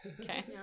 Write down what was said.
Okay